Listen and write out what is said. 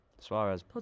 Suarez